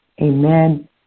amen